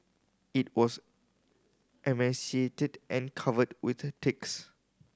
it was emaciated and covered with ticks